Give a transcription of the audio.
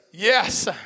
Yes